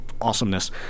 awesomeness